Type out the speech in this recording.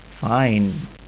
fine